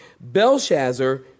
Belshazzar